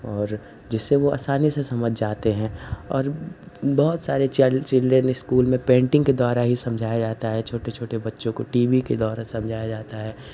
और जिससे वो आसानी से समझ जाते हैं और बहुत सारे चाइल्ड चिल्ड्रेन स्कूल में पेंटिंग के द्वारा ही समझाया जाता है छोटे छोटे बच्चों को टी वी के द्वारा समझाया जाता है